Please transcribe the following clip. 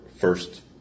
first